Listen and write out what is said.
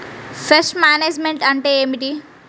Pest management అంటే ఏమిటి?